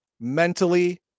mentally